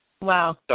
Wow